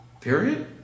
Period